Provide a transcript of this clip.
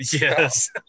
Yes